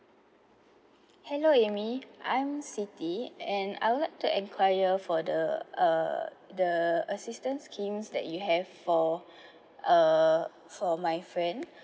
hello amy I'm siti and I would like to inquire for the uh the assistance schemes that you have for uh for my friend